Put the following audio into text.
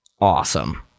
Awesome